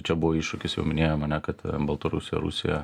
čia buvo iššūkis jau minėjom ane kad baltarusija rusija